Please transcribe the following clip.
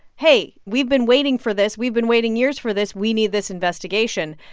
hey, we've been waiting for this. we've been waiting years for this. we need this investigation.